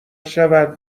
شود